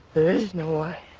there is no why.